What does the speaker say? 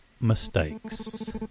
Mistakes